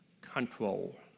control